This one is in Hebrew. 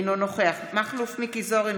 אינו נוכח מכלוף מיקי זוהר,